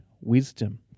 wisdom